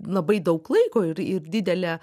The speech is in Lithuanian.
labai daug laiko ir didelę